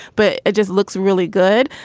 but it just looks really good.